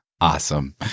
Awesome